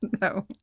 No